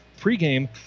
pregame